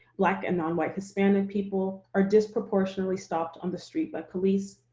black and non-white hispanic people are disproportionately stopped on the street by police,